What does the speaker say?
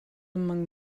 among